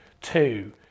Two